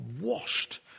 washed